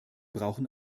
brauchen